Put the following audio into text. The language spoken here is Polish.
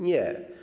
Nie.